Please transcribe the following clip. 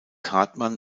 hartmann